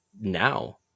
now